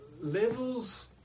levels